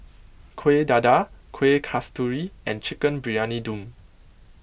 Kuih Dadar Kueh Kasturi and Chicken Briyani Dum